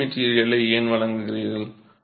lining மெட்டீரியலை ஏன் வழங்குகிறீர்கள்